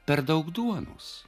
per daug duonos